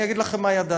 אני אגיד לכם מה ידעתי.